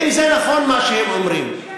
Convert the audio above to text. ואם זה נכון מה שהם אומרים,